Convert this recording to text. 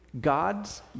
God's